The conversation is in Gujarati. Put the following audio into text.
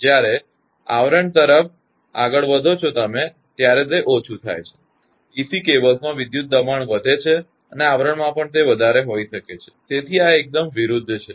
અને જ્યારે તમે આવરણ તરફ આગળ વધો છો ત્યારે તે ઓછું છે ડીસી કેબલ્સમાં વિધુત દબાણ વધે છે અને આવરણમાં પણ તે વધારે હોઈ શકે છે આ એકદમ વિરુદ્ધ છે